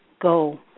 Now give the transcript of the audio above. go